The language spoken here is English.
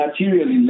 materially